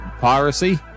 piracy